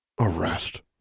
Arrest